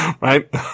right